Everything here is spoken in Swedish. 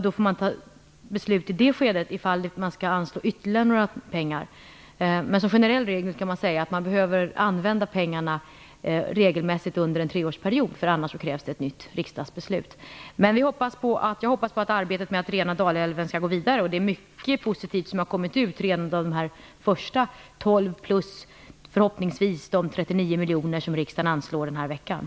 I det skedet får man i så fall ta beslut om huruvida ytterligare pengar skall anslås. En generell regel kan sägas vara att pengarna behöver användas regelmässigt under en treårsperiod, för annars krävs det ett nytt riksdagsbeslut. Jag hoppas att arbetet med att rena Dalälven går vidare. Det finns mycket positivt som redan har kommit ut av de första 12 miljonerna plus de 39 miljoner som riksdagen förhoppningsvis anslår denna vecka.